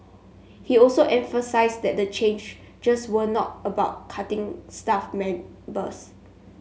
he also emphasised that the changes were not about cutting staff members